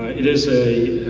it is a